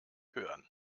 hören